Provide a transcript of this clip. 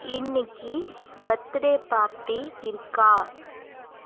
இன்னிக்கு birthday party இருக்கா